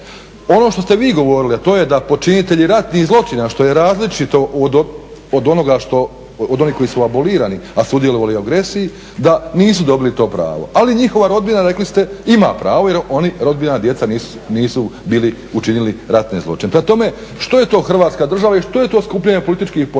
Ono što ste vi govorili, a to je da počinitelji ratnih zločina što je različito od onih koji su abolirani, a sudjelovali u agresiji da nisu dobili to pravo. Ali njihova rodbina rekli ste ima pravo jer rodbina, djeca nisu učinili ratne zločine. Prema tome, što je to Hrvatska država i što je to skupljanje političkih poena